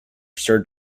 sir